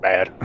Bad